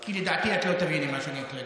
כי לדעתי, את לא תביני מה שאני הולך להגיד,